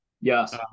yes